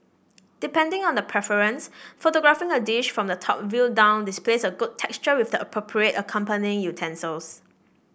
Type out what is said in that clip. depending on preference photographing a dish from the top view down displays good texture with the appropriate accompanying utensils